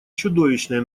чудовищное